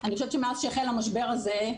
אני חושבת שמאז שהחל המשבר הזה,